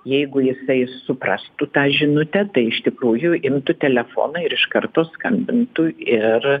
jeigu jisai suprastų tą žinutę tai iš tikrųjų imtų telefoną ir iš karto skambintų ir